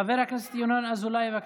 חבר הכנסת ינון אזולאי, בבקשה.